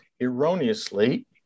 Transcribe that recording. erroneously